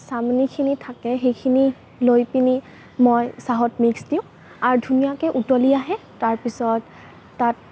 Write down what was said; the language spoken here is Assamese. চামনিখিনি থাকে সেইখিনি লৈ পেনি মই চাহত মিক্স দিওঁ আৰু ধুনীয়াকৈ উতলি আহে তাৰপিছত তাত